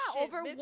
Over